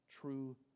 true